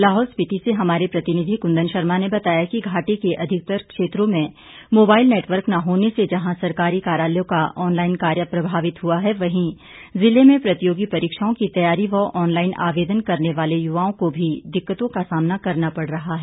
लाहौल स्पीति से हमारे प्रतिनिधि कुंदन शर्मा ने बताया कि घाटी के अधिकतर क्षेत्रों में मोबाइल नेटवर्क न होने से जहां सरकारी कार्यालयों का ऑनलाईन कार्य भी प्रभावित हुआ है वहीं जिले में प्रतियोगी परीक्षाओं की तैयारी व ऑन लाईन आवेदन करने वाले युवाओं को भी दिक्कतों का सामना करना पड़ रहा है